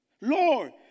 Lord